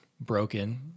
broken